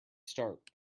start